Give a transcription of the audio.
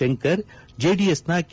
ಶಂಕರ್ ಜೆಡಿಎಸ್ನ ಕೆ